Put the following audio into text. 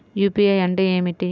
UPI అంటే ఏమిటి?